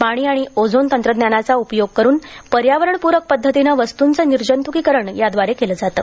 पाणी आणि ओझोन तंत्रज्ञानाचा उपयोग करुन पर्यावरणपुरक पद्धतीनं वस्तुंचं निर्जंतुकीकरण याद्वारे केलं जातं